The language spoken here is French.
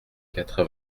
quatre